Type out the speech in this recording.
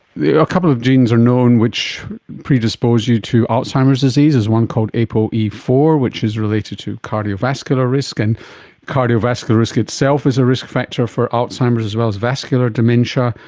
yeah a couple of genes are known which predispose you to alzheimer's disease. there's one called a p o e four which is related to cardiovascular risk. and cardiovascular risk itself is a risk factor for alzheimer's as well as vascular dementia.